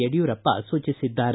ಯಡಿಯೂರಪ್ಪ ಸೂಚಿಸಿದ್ದಾರೆ